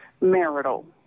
marital